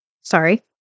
sorry